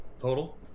Total